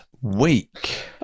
week